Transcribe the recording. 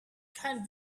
can